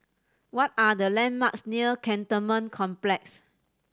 what are the landmarks near Cantonment Complex